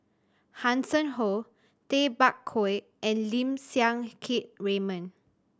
Hanson Ho Tay Bak Koi and Lim Siang Keat Raymond